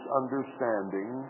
understanding